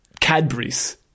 Cadbury's